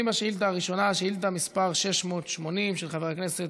ראשון לשאילתות, חבר הכנסת